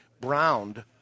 browned